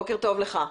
בוקר טוב לך.